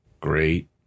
great